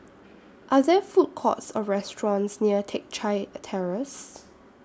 Are There Food Courts Or restaurants near Teck Chye Terrace